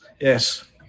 Yes